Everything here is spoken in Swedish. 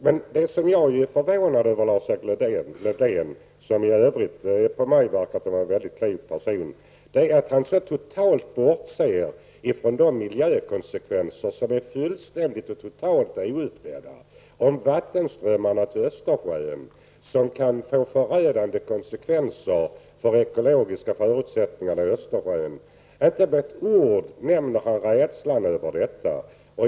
Men det som jag är förvånad över är att Lars-Erik Lövdén, som i övrigt verkar vara en mycket klok person, så totalt bortser från de miljökonsekvenser som är fullständigt outredda. När det gäller vattenströmmarna kan det bli förödande konsekvenser för de ekologiska förutsättningarna i Östersjön. Inte med ett ord nämner han rädslan för detta.